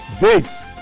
dates